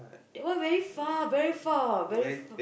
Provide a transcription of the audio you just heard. that one very far very far very far